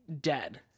dead